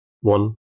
One